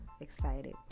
excited